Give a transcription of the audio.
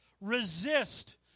resist